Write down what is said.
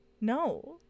no